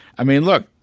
i mean look,